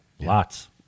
lots